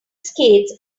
skates